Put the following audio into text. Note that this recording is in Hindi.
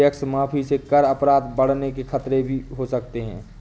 टैक्स माफी से कर अपराध बढ़ने के खतरे भी हो सकते हैं